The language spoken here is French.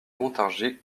montargis